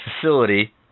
facility